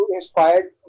inspired